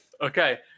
Okay